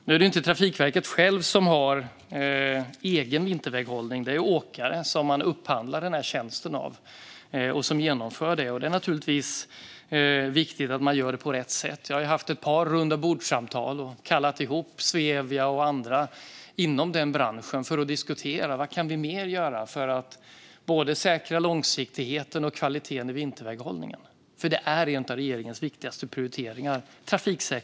Det är ju inte Trafikverket som utför vinterväghållningen, utan man upphandlar denna tjänst av åkare som sedan utför den. Det är givetvis viktigt att det görs på rätt sätt, och jag har haft ett par rundabordssamtal och kallat ihop Svevia och andra inom den branschen för att diskutera vad vi mer kan göra för att säkra både långsiktigheten och kvaliteten i vinterväghållningen. Trafiksäkerheten är en av regeringens viktigaste prioriteringar.